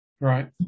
Right